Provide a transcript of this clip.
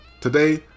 Today